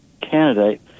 candidate